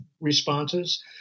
responses